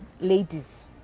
ladies